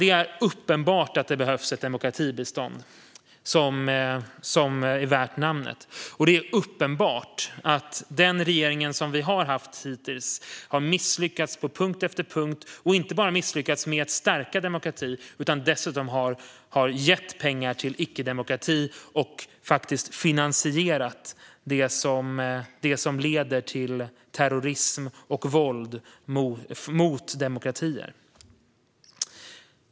Det är uppenbart att ett demokratibistånd värt namnet behövs. Det är också uppenbart att den regering vi nyss har haft har misslyckats på punkt efter punkt. Den har inte bara misslyckats med att stärka demokratin utan har dessutom gett pengar till en icke-demokrati och har finansierat det som leder till terrorism och våld mot demokratier.